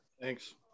Thanks